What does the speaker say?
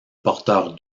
porteur